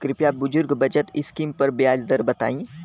कृपया बुजुर्ग बचत स्किम पर ब्याज दर बताई